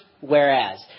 Whereas